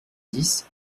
dix